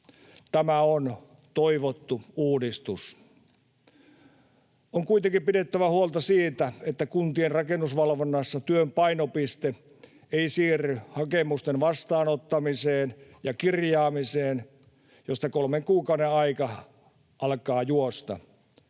Tämä on toivottu uudistus. On kuitenkin pidettävä huolta siitä, että kuntien rakennusvalvonnassa työn painopiste ei siirry hakemusten vastaanottamiseen ja kirjaamiseen, josta kolmen kuukauden aika alkaa juosta.